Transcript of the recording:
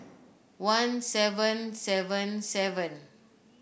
one seven seven seven